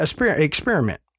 Experiment